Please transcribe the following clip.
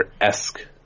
esque